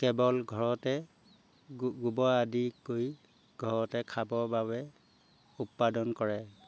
কেৱল ঘৰতে গোবৰ আদি কৰি ঘৰতে খাবৰ বাবে উৎপাদন কৰে